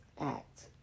act